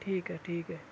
ٹھیک ہے ٹھیک ہے